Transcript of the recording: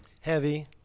Heavy